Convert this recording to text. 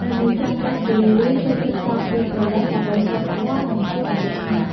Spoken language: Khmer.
មនុស្សចាស់ជារឿយៗចូលចិត្តក្រោកពីព្រលឹម ដើម្បីសូត្រធម៌ និងធ្វើចិត្តឱ្យស្ងប់។